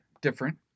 different